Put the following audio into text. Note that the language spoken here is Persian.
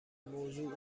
موضوع